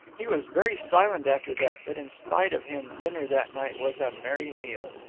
he was very silent after that, but in spite of him dinner that night was a merry meal.